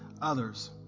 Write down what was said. others